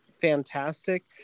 fantastic